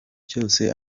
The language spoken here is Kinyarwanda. cyose